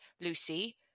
Lucy